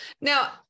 Now